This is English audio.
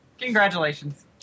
Congratulations